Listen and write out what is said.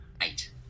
Eight